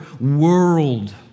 world